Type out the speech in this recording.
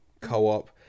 co-op